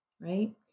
right